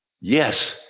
Yes